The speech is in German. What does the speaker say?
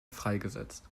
freigesetzt